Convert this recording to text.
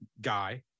guy